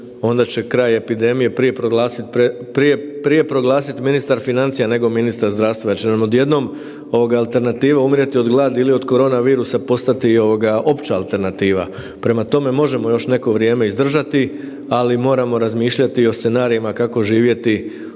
onda će kraj epidemije prije proglasiti ministar financija nego ministar zdravstva jer će nam odjednom alternativa umrijeti od gladi ili od korona virusa postati opća alternativa. Prema tome, možemo još neko vrijeme izdržati, ali moramo razmišljati i o scenarijima kako živjeti